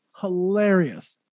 Hilarious